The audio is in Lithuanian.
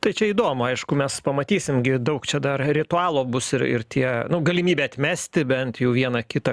tai čia įdomu aišku mes pamatysim gi daug čia dar ritualo bus ir ir tie galimybė atmesti bent jau vieną kitą